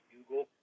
Google